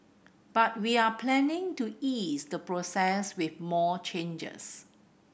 but we are planning to ease the process with more changes